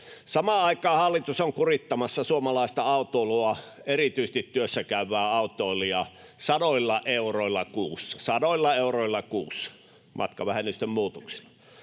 Samaan aikaan hallitus on kurittamassa suomalaista autoilua, erityisesti työssäkäyvää autoilijaa sadoilla euroilla kuussa — sadoilla euroilla